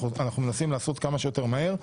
אנחנו מנסים לעשות כמה שיותר מהר.